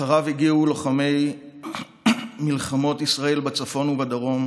אחריו הגיעו לוחמי מלחמות ישראל בצפון ובדרום,